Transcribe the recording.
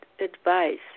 advice